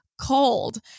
cold